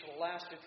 lasted